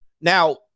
Now